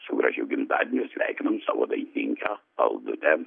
su gražiu gimtadieniu sveikinam savo dainininkę aldutę